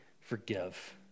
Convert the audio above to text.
forgive